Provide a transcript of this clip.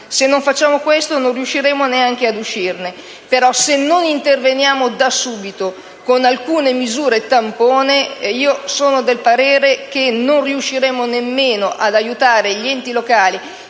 Se non facciamo questo, non riusciremo a uscirne. Se non interveniamo da subito con alcune misure tampone, sono del parere che non riusciremo ad aiutare gli enti locali,